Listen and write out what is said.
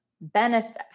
benefit